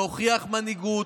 להוכיח מנהיגות,